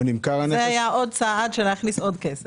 זה היה עוד צעד כדי